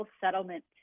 settlement